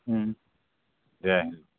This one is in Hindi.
हूँ जय हिन्द